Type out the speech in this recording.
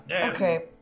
Okay